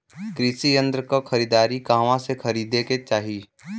कृषि यंत्र क खरीदारी कहवा से खरीदे के चाही?